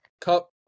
cup